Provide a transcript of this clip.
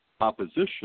opposition